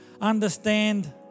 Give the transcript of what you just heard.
understand